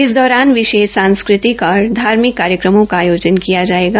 इस दौरान विशेष सांस्कृतिक और धार्मिक कार्यक्रमों का आयोजन किया जाएगा